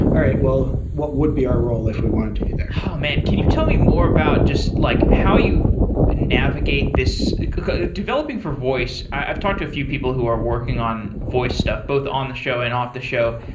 all right. well, what would be our role if we wanted to be there? oh, man. can you tell me more about just like how you navigate this developing for voice? i've talked to a few people who are working on voice stuff, both on the show and off the show.